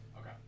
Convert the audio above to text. Okay